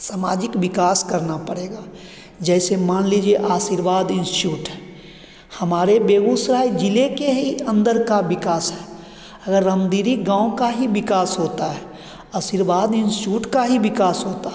सामाजिक विकास करना पड़ेगा जैसे मान लीजिए आशीर्वाद इन्स्टीट्यूट है हमारे बेगूसराय ज़िले के ही अन्दर का विकास है अगर रामदीरी गाँव का ही विकास होता है आशीर्वाद इन्स्टीट्यूट का ही विकास होता है